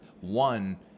one